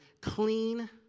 clean